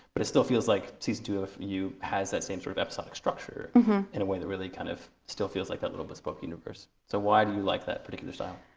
but it still feels like season two of you has that same sort of episodic structure in a way that really kind of still feels like that little bespoke universe. so why do you like that particular style?